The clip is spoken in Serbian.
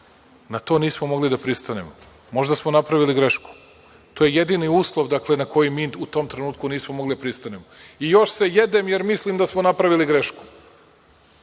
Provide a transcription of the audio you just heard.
Na to nismo mogli da pristanemo. Možda smo napravili grešku. To je jedini uslov dakle na koji mi u tom trenutku nismo mogli da pristanemo. I, još se jedem jer mislim da smo napravili grešku.